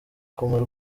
kumara